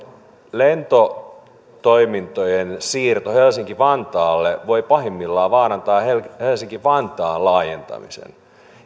lentotoimintojen siirto helsinki vantaalle voi pahimmillaan vaarantaa helsinki vantaan laajentamisen